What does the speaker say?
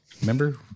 Remember